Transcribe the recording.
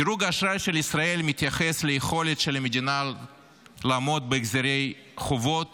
דירוג האשראי של ישראל מתייחס ליכולת של המדינה לעמוד בהחזרי חובות